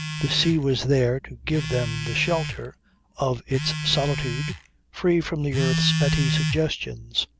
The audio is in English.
the sea was there to give them the shelter of its solitude free from the earth's petty suggestions.